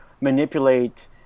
manipulate